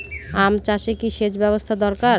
আম চাষে কি সেচ ব্যবস্থা দরকার?